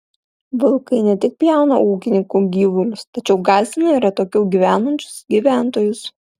vilkai ne tik pjauna ūkininkų gyvulius tačiau gąsdina ir atokiau gyvenančius gyventojus